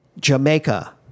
Jamaica